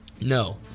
No